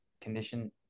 condition